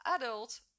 adult